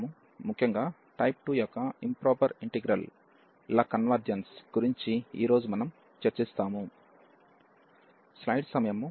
ముఖ్యంగా టైప్ 2 యొక్క improper integral ల కన్వెర్జెన్స్ గురించి ఈ రోజు మనం చర్చిస్తాము